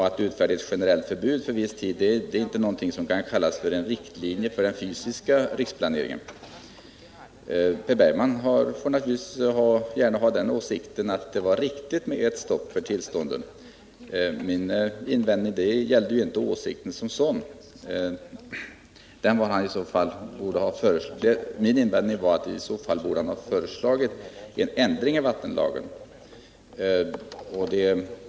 Att utfärda ett generellt förbud för viss tid är inte någonting som kan kallas att följa riktlinjerna för den fysiska riksplaneringen. Per Bergman får naturligtvis gärna ha den åsikten att det var riktigt med ett stopp för tillstånden. Min invändning gällde inte åsikten som sådan, utan den gällde att man i så fall borde ha föreslagit en ändring av vattenlagen.